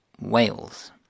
Wales